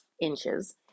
inches